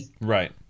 Right